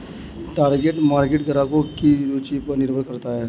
target market ग्राहकों की रूचि पर निर्भर करता है